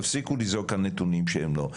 תפסיקו לזעוק כאן נתונים שהם לא.